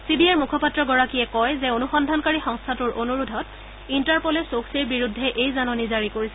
C B আইৰ মুখপাত্ৰগৰাকীয়ে কয় যে অনুসন্ধানকাৰী সংস্থাটোৰ অনুৰোধত ইণ্টাৰ প'লে চকধীৰ বিৰুদ্ধে এই জাননী জাৰি কৰিছে